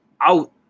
out